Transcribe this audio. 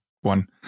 one